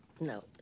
No